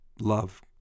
love